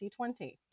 2020